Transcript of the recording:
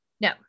no